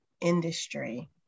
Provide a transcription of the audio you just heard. industry